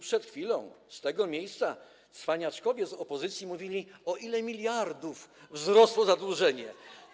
Przed chwilą z tego miejsca cwaniaczkowie z opozycji mówili, o ile miliardów wzrosło zadłużenie.